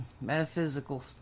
metaphysical